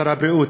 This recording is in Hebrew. שר הבריאות,